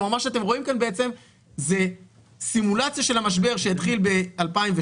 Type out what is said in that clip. כלומר מה שאתם רואים כאן בעצם זה סימולציה של המשבר שהתחיל ב-2008,